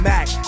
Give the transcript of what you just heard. Mac